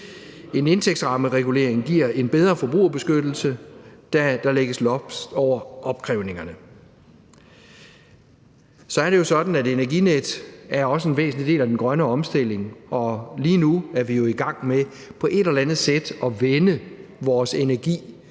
En indtægtsrammeregulering giver en bedre forbrugerbeskyttelse, da der lægges loft over opkrævningerne. Så er det jo sådan, at Energinet også er en væsentlig del af den grønne omstilling, og lige nu er vi jo i gang med på et eller andet sæt at vende vores